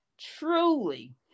truly